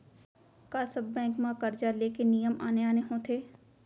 का सब बैंक म करजा ले के नियम आने आने होथे?